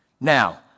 Now